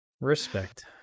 respect